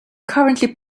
currently